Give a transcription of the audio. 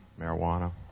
marijuana